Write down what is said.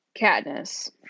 Katniss